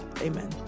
Amen